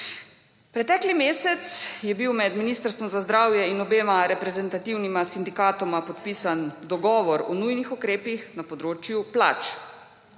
Pretekli mesec je bil med Ministrstvom za zdravje in obema reprezentativnima sindikatoma podpisan dogovor o nujnih ukrepih na področju plač.